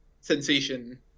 sensation